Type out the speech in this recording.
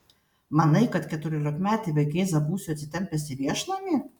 manai kad keturiolikmetį vaikėzą būsiu atsitempęs į viešnamį